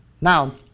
Now